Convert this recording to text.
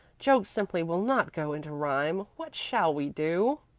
jokes simply will not go into rhyme. what shall we do?